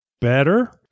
better